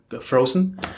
frozen